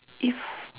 if